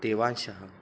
देवान्शः